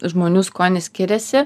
žmonių skonis skiriasi